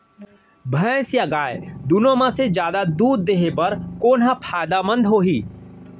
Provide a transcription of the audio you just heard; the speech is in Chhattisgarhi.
भैंस या गाय दुनो म से जादा दूध देहे बर कोन ह फायदामंद होही?